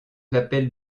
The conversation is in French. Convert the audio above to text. l’appel